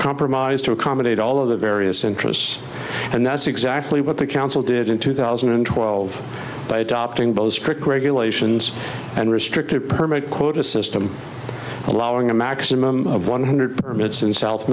compromise to accommodate all of the various interests and that's exactly what the council did in two thousand and twelve by adopting both strict regulations and restrictive permit quota system allowing a maximum of one hundred permits in south